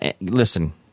Listen